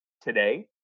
today